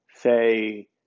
say